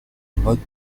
mode